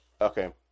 Okay